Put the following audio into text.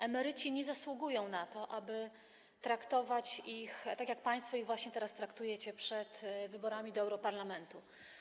Emeryci nie zasługują na to, aby traktować ich tak, jak państwo ich traktujecie przed wyborami do europarlamentu.